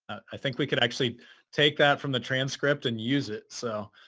i think we could actually take that from the transcript and use it. so